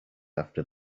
after